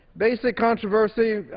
basic controversy,